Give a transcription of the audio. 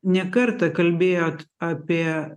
ne kartą kalbėjot apie